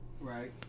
Right